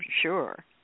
sure